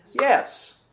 Yes